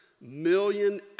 million